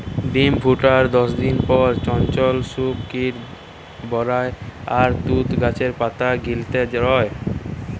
ডিম ফুটার দশদিন পর চঞ্চল শুক কিট বারায় আর তুত গাছের পাতা গিলতে রয়